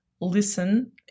listen